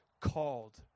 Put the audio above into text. called